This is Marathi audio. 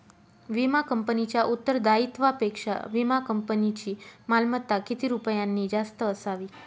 विमा कंपनीच्या उत्तरदायित्वापेक्षा विमा कंपनीची मालमत्ता किती रुपयांनी जास्त असावी?